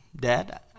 Dad